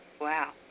wow